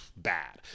Bad